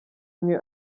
mwe